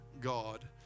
God